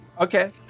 Okay